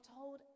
told